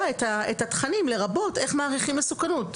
את התכנים לרבות איך מעריכים מסוכנות.